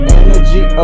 energy